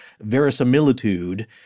verisimilitude